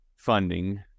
Funding